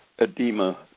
edema